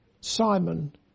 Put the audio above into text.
Simon